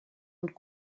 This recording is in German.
und